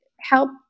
help